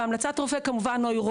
בהמלצת רופא נוירולוג,